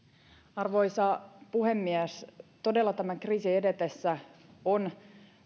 arvoisa puhemies todella tämän kriisin edetessä on